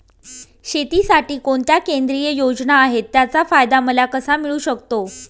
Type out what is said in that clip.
शेतीसाठी कोणत्या केंद्रिय योजना आहेत, त्याचा फायदा मला कसा मिळू शकतो?